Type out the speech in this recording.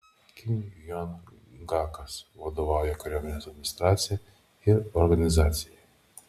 kim jong gakas vadovauja kariuomenės administracija ir organizacijai